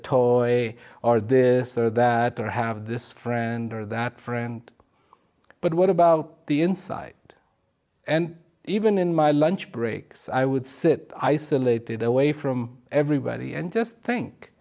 way or the so that i have this friend or that friend but what about the inside and even in my lunch breaks i would sit isolated away from everybody and just think